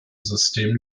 system